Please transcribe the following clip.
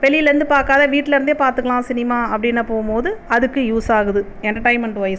வெளிலிருந்து பார்க்காத வீட்லிருந்தே பார்த்துக்கலாம் சினிமா அப்படின்லாம் போகும்போது அதுக்கு யூஸ் ஆகுது எண்டர்டைமன்ட்வைஸ்